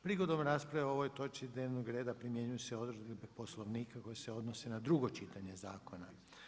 Prigodom rasprave o ovoj točki dnevnog reda, primjenjuju se odredbe Poslovnika koje se odnose na drugo čitanje zakona.